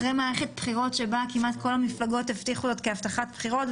אחרי מערכת בחירות שבה כמעט כל המפלגות הבטיחו זאת כהבטחת בחירות,